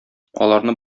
аларны